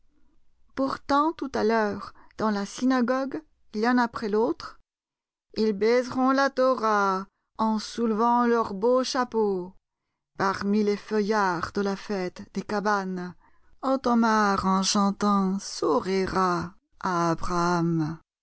pourtant tout à l'heure dans la synagogue l'un après l'autre ils baiseront la thora en soulevant leur beau chapeau parmi les feuillards de la fête des cabanes ottomar en chantant sourira à abraham